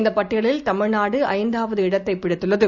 இந்தபட்டியலில் தமிழ்நாடுஐந்தாவது இடத்தைபிடித்துள்ளது